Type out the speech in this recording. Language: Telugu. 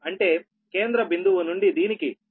అంటే కేంద్ర బిందువు నుండి దీనికి 0